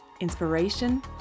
inspiration